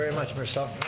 much, marcel.